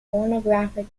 pornographic